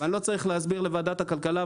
ואני לא צריך להסביר לוועדת הכלכלה,